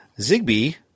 Zigbee